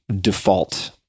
default